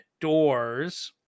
doors